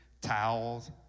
towels